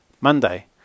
Monday